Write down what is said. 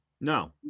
No